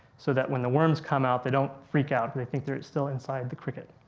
so, that when the worms come out they don't freak out. they think they're still inside the cricket.